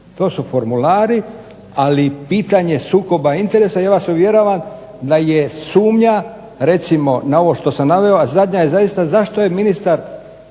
To su formulari, ali pitanje sukoba interesa ja vas uvjeravam da je sumnja recimo na ovo što sam naveo, a zadnja je zaista zašto je ministar